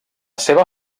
seva